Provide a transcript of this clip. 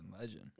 legend